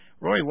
Roy